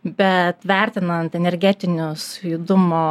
bet vertinant energetinius judumo